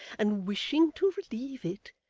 and wishing to relieve it,